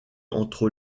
entre